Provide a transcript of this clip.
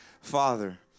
father